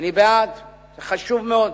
אני בעד, זה חשוב מאוד,